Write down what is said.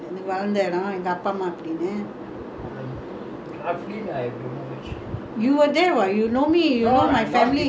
you where there [what] you know me you know my family you you you were there you know my family before already